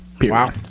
Wow